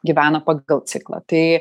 gyvena pagal ciklą tai